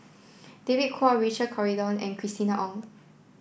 David Kwo Richard Corridon and Christina Ong